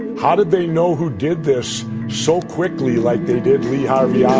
how did they know who did this so quickly like they did lee harvey yeah